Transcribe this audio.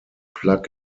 plug